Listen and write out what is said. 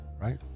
Right